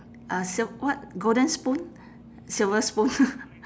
uh silk what golden spoon silver spoon